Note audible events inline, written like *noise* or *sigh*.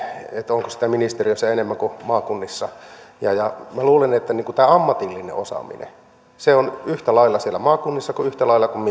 onko sitä ministeriössä enemmän kuin maakunnissa minä luulen että tämä ammatillinen osaaminen on yhtä lailla siellä maakunnissa kuin *unintelligible*